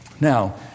Now